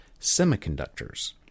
semiconductors